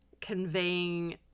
conveying